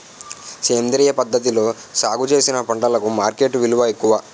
సేంద్రియ పద్ధతిలో సాగు చేసిన పంటలకు మార్కెట్ విలువ ఎక్కువ